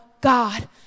God